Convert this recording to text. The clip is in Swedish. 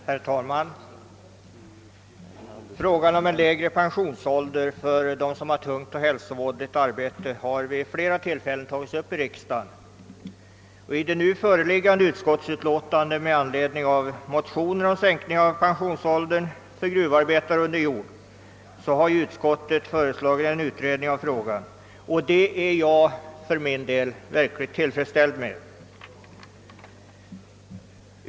Herr talman! Frågan om en lägre pensionsålder för dem som har ett tungt och hälsovådligt arbete har vid flera tillfällen tagits upp i riksdagen. I det nu föreliggande utskottsutlåtandet, som tillkommit med anledning av motioner om en sänkning av pensionsåldern för Sruvarbetare under jord, har utskottet föreslagit en utredning av frågan. Det är jag för min del verkligen glad för.